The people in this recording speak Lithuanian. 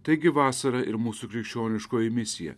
taigi vasara ir mūsų krikščioniškoji misija